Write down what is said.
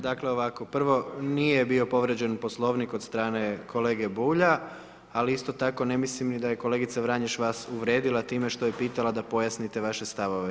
Dakle ovako, prvo nije bio povrijeđen Poslovnik od strane kolege Bulja, ali isto tako ne mislim ni da je kolegica Vranješ vas uvrijedila time što je pitala da pojasnite vaše stavove.